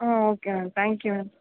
ಹಾಂ okay ma'am thank you ma'am